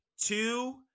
two